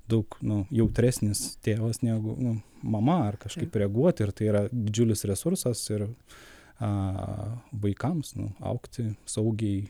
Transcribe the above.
daug nu jautresnis tėvas negu nu mama ar kažkaip reaguoti ir tai yra didžiulis resursas ir a vaikams nu augti saugiai